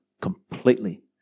completely